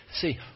see